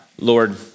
Lord